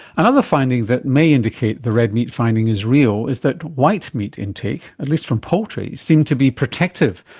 another finding that may indicate the red meat finding is real is that white meat intake, at least from poultry, seemed to be protective,